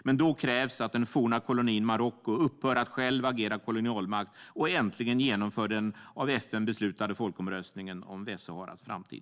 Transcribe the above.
Men då krävs att den forna kolonin Marocko upphör att själv agera kolonialmakt och äntligen genomför den av FN beslutade folkomröstningen om Västsaharas framtid.